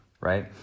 right